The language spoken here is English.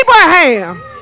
Abraham